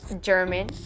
German